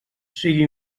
sigui